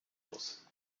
muss